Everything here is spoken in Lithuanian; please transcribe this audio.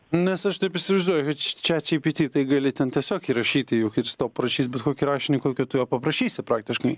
nes aš taip įsivaizduoju kad chat gpt tai gali ten tiesiog įrašyti juk ir jis tau parašys bet kokį rašinį kokio tu jo paprašysi praktiškai